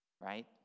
right